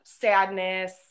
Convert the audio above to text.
sadness